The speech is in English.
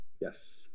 Yes